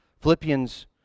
Philippians